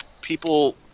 people